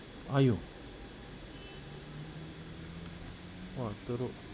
!aiyo! !wah! teruk